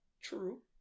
True